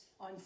on